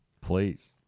Please